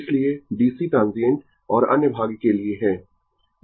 इसलिए DC transient और अन्य भाग के लिए है